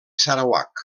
sarawak